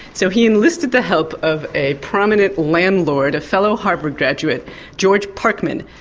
so he enlisted the help of a prominent landlord, a fellow harvard graduate, george parkman,